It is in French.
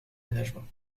ménagement